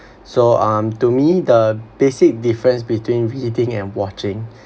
so um to me the basic difference between reading and watching